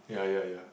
ya ya ya